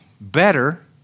better